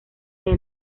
del